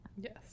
yes